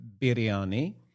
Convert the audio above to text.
biryani